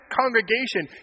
congregation